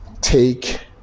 take